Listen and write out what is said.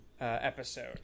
episode